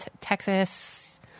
Texas